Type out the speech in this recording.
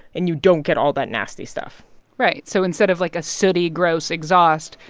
and you don't get all that nasty stuff right. so instead of, like, a sooty, gross exhaust,